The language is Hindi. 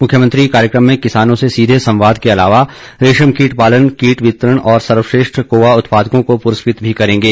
मुख्यमंत्री कार्यक्रम में किसानों से सीघे संवाद के अलावा रेशम कीट पालन किट वितरण और सर्वश्रेष्ठ कोआ उत्पादकों को पुरस्कृत भी करेंगे